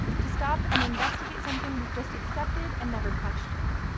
to stop and investigate something we've just accepted and never questioned,